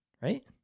right